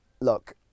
Look